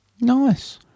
Nice